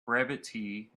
brevity